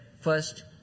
first